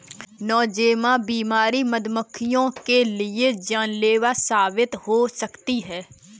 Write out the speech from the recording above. Nosema बीमारी मधुमक्खियों के लिए जानलेवा साबित हो सकती है